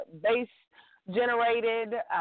base-generated